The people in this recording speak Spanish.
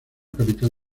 capital